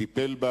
טיפל בה,